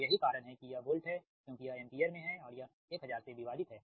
तो यही कारण है कि यह वोल्ट है क्योंकि यह एम्पीयर में है और यह 1000 से विभाजित है